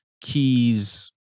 keys